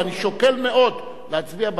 ואני שוקל מאוד להצביע בעדו.